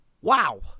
wow